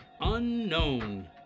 Unknown